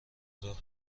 ظهر